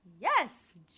Yes